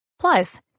Plus